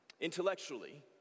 Intellectually